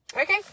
Okay